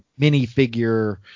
minifigure